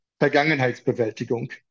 Vergangenheitsbewältigung